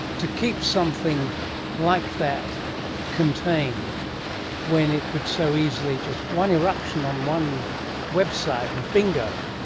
to keep something like that contained when it could so easily just. one eruption on one website and, bingo!